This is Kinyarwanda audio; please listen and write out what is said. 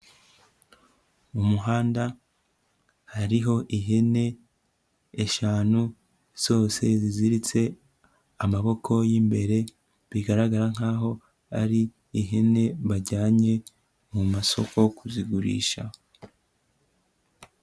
Mu muhanda hariho ihene eshanu zose ziziritse amaboko y'imbere, bigaragara nkaho ari ihene bajyanye mu masoko kuzigurisha.